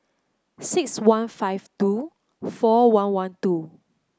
six one five two four one one two